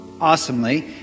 awesomely